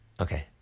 Okay